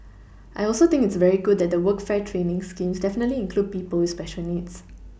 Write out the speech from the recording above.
I also think it's very good that the workfare training schemes definitively include people with special needs